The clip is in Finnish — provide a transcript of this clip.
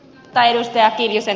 arvoisa puhemies